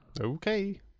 Okay